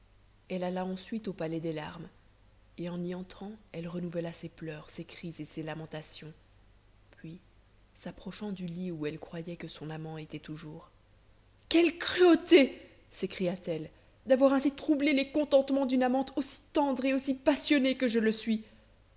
elle alla ensuite au palais des larmes et en y entrant elle renouvela ses pleurs ses cris et ses lamentations puis s'approchant du lit où elle croyait que son amant était toujours quelle cruauté sécria telle d'avoir ainsi troublé les contentements d'une amante aussi tendre et aussi passionnée que je le suis